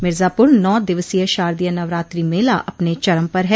मिर्जापुर नौ दिवसीय शारदीय नवरात्रि मेला अपने चरम पर है